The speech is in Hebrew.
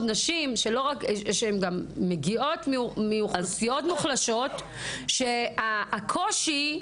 נשים שמגיעות מאוכלוסיות מוחלשות שהקושי,